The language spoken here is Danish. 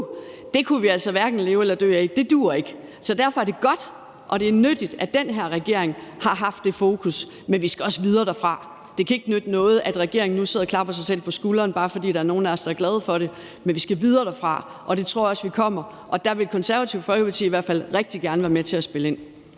Det kunne vi altså hverken leve eller dø af. Det duer ikke. Så derfor er det godt og nyttigt, at den her regering har haft det fokus, men vi skal også videre derfra. Det kan ikke nytte noget, at regeringen nu sidder og klapper sig selv på skulderen, bare fordi der er nogle af os, der er glade for det. Vi skal videre derfra, og det tror jeg også at vi kommer, og der vil Det Konservative Folkeparti i hvert fald rigtig gerne være med til at spille ind